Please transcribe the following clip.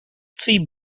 three